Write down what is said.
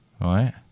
right